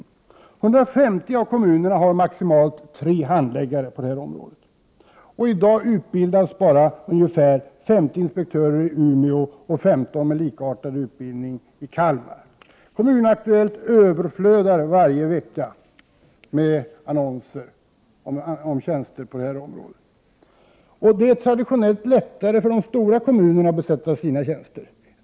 I 150 kommuner finns det maximalt tre handläggare på det här området. I dag utbildas bara ungefär 50 inspektörer i Umeå, och 15 personer får en likartad utbildning i Kalmar. Varje vecka finns ett överflöd av annonser om tjänster på det här området i tidningen Kommunaktuellt. Det är traditionellt lättare för de stora kommunerna att besätta sina tjänster.